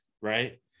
right